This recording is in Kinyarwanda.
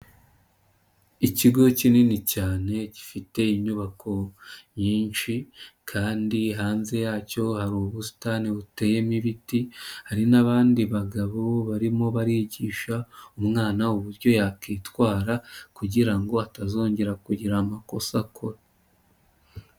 lkigo kinini cyane gifite inyubako nyinshi, kandi hafi yacyo hari ubusitani buteyemo ibiti, hari n'abandi bagabo barimo barigisha umwana uburyo yakwitwara ,kugira ngo atazongera kugira amakosa akora.